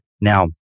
Now